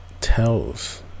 tells